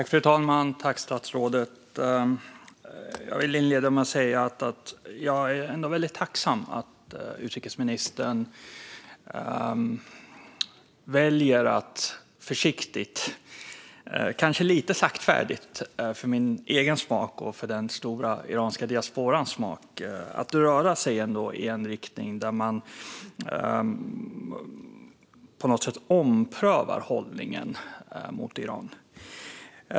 Fru talman! Jag vill inleda med att säga att jag är väldigt tacksam att utrikesministern ändå väljer att försiktigt - kanske lite saktfärdigt för min egen och den stora iranska diasporans smak - röra sig i en riktning där man på något sätt omprövar hållningen mot Iran.